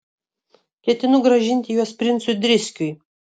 ketinu grąžinti juos princui driskiui